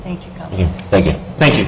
thank you thank you thank you